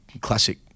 classic